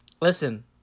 Listen